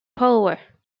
power